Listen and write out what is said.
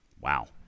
Wow